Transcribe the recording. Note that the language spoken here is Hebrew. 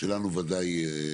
שלנו ודאי.